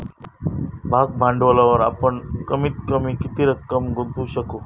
भाग भांडवलावर आपण कमीत कमी किती रक्कम गुंतवू शकू?